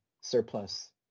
surplus